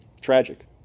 Tragic